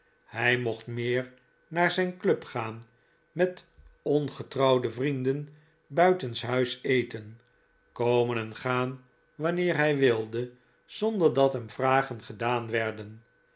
hij mocht meer naar zijn club gaan met ongetrouwde vrienden buitenshuis eten komen en gaan wanneer hij wilde zonder dat hem vragen gedaan werden